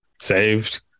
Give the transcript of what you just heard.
Saved